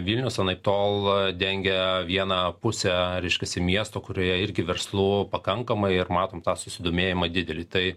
vilnius anaiptol dengia vieną pusę reiškiasi miesto kurioje irgi verslų pakankamai ir matom tą susidomėjimą didelį tai